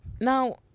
now